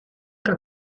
que